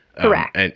Correct